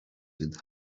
with